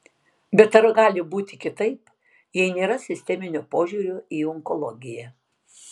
bet ar gali būti kitaip jei nėra sisteminio požiūrio į onkologiją